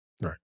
Right